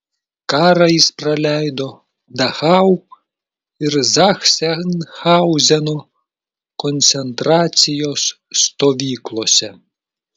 karą jis praleido dachau ir zachsenhauzeno koncentracijos stovyklose